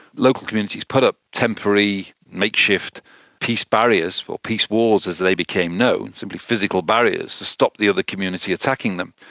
local communities put up temporary, makeshift peace barriers or peace walls as they became known, simply physical barriers to stop the other community attacking them.